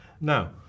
Now